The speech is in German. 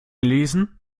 lesen